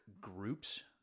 groups